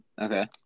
okay